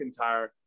McIntyre